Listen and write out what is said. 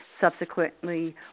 subsequently